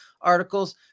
articles